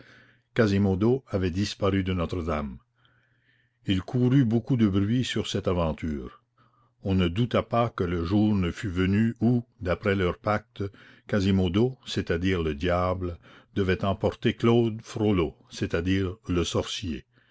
quasimodo avait disparu de notre-dame il courut beaucoup de bruits sur cette aventure on ne douta pas que le jour ne fût venu où d'après leur pacte quasimodo c'est-à-dire le diable devait emporter claude frollo c'est-à-dire le sorcier